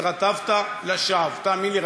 התרטבת לשווא.